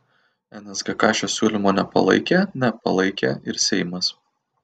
nsgk šio siūlymo nepalaikė nepalaikė ir seimas